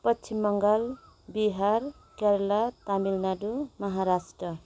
Paschim Bengal Bihar Kerala Tamil Nadu Maharashtra